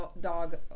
dog